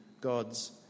gods